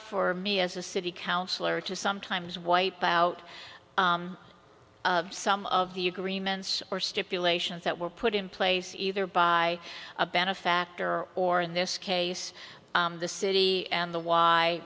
for me as a city councillor to sometimes wipe out some of the agreements or stipulations that were put in place either by a benefactor or in this case the city and the